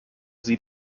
sie